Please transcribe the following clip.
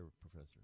professor